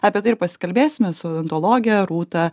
apie tai ir pasikalbėsime su odontologe rūta